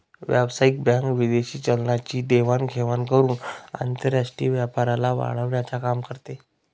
व्यावसायिक बँक विदेशी चलनाची देवाण घेवाण करून आंतरराष्ट्रीय व्यापाराला वाढवण्याचं काम करते